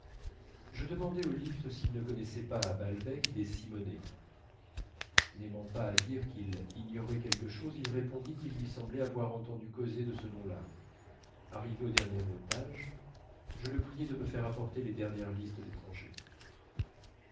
je demandai au lift s'il ne connaissait pas à balbec des simonet n'aimant pas à dire qu'il ignorait quelque chose il répondit qu'il lui semblait avoir entendu causer de ce nom-là arrivé au dernier étage je le priai de me faire apporter les dernières listes d'étrangers